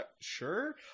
sure